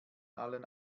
allen